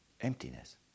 emptiness